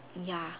ya